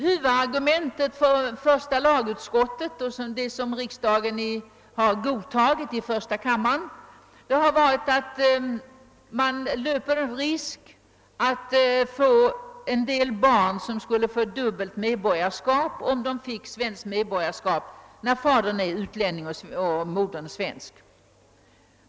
Huvudargumentet för första lagutskottet, vilket nyss har godtagits av första kammaren, har varit att man löper risk för att en del barn skulle få dubbelt medborgarskap, om de fick svenskt medborgarskap när fadern är utlänning och modern svensk.